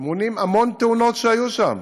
מונעים המון תאונות שהיו שם,